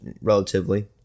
relatively